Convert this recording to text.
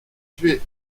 situé